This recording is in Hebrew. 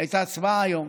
את ההצבעה היום